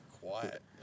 quiet